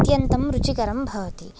अत्यन्तं रुचिकरं भवति